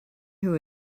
who